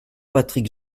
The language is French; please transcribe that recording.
patrick